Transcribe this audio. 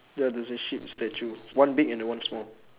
ya there's a sheep statue one big and the one small